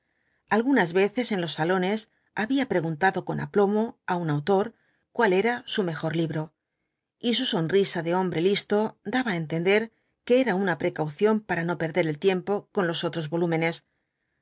algunas veces en los salones había preguntado con aplomo á un autor cuál era su mejor libro y su sonrisa de hombre listo daba á entender que era una precaución para no perder ei tiempo con los otros volúmenes